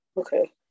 Okay